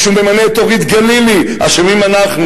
כשהוא ממנה את אורית גלילי, אשמים אנחנו.